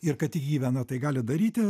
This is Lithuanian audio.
ir kad ji viena tai gali daryti